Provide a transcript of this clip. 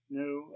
new